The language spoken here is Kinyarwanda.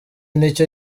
nicyo